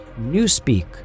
Newspeak